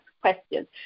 questions